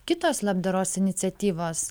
kitos labdaros iniciatyvos